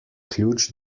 ključ